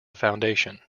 foundation